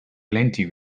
plenty